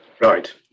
Right